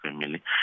family